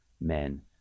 men